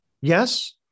yes